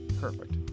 perfect